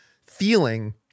feeling